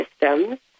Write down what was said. systems